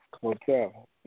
hotel